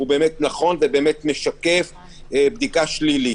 באמת נכון ומשקף באמת בדיקה שלילית.